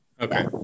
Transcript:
Okay